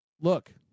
Look